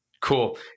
cool